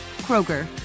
Kroger